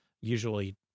usually